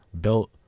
built